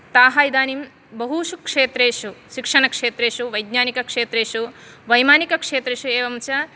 ताः इदानीं बहुषु क्षेत्रेषु शिक्षणक्षेत्रेषु वैज्ञानिकक्षेत्रेषु वैमानिकक्षेत्रेषु एवं च